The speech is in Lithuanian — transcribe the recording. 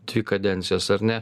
dvi kadencijas ar ne